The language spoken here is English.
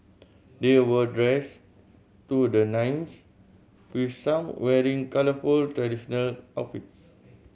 they were dressed to the nines with some wearing colourful traditional outfits